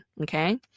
okay